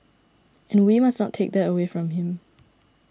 and we must not take that away from him